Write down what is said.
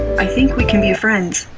i think we can be friends.